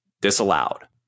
disallowed